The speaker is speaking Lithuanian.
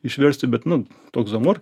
išversti bet nu toks zamor